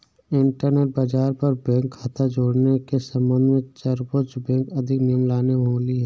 internet बाज़ार पर bank खता जुड़ने के सम्बन्ध में सर्वोच्च बैंक कठिन नियम लाने वाली है